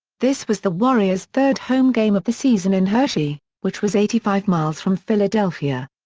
this was the warriors' third home game of the season in hershey, which was eighty five miles from philadelphia.